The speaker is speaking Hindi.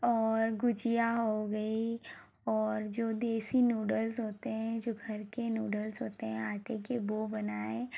और गुजिया हो गई और जो देसी नूडल्स होते हैं जो घर के नूडल्स होते हैं आटे के वो बनाएँ